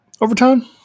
overtime